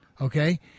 okay